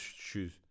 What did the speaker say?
shoes